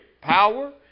power